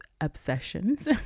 Obsessions